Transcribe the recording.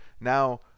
Now